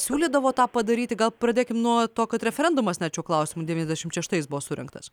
siūlydavo tą padaryti gal pradėkime nuo to kad referendumas net šiuo klausimu devyniasdešimt šeštais buvo surengtas